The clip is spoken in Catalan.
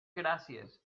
gràcies